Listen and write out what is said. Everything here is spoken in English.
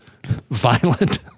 violent